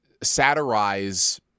satirize